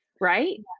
Right